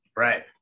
Right